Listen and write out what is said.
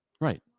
Right